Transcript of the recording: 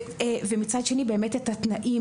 ומצד שני את התנאים,